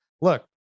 look